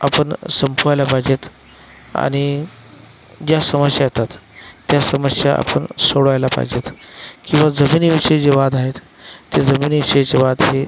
आपण संपवायला पाहिजेत आणि ज्या समस्या येतात त्या समस्या आपण सोडवायला पाहिजेत किंवा जमिनीविषयी जे वाद आहेत ते जमिनीविषयीचे वाद हे